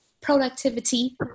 productivity